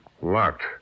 Locked